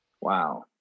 Wow